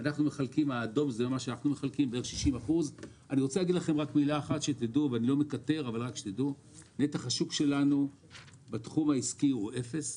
כשאנחנו חילקנו בערך 60%. נתח השוק שלנו בתחום העסקי הוא אפס,